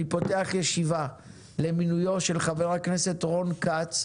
אני פותח ישיבה למינויו של חבר הכנסת רון כץ,